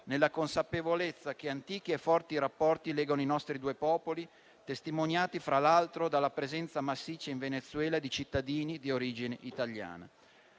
nella consapevolezza che antichi e forti rapporti legano i nostri due popoli, testimoniati fra l'altro dalla presenza massiccia in Venezuela di cittadini di origine italiana.